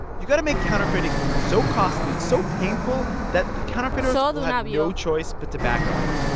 you've got to make counterfeiting so costly, so painful that the counterfeiters will have no choice but to back off.